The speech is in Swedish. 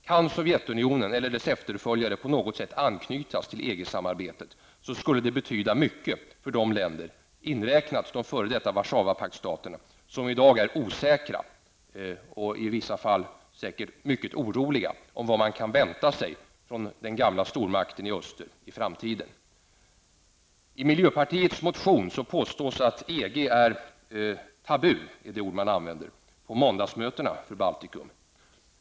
Kan Sovjetunionen eller dess efterföljare på något sätt anknytas till EG-samarbetet, skulle det betyda mycket för de länder, även för de f.d. Warszawapaktsstaterna, som i dag är osäkra och i vissa fall mycket oroliga inför vad man kan vänta sig i framtiden från den gamla stormakten i öster. I miljöpartiets motion påstås att EG är ''tabu'' på de måndagsmöten som hålls till förmån för Baltikum.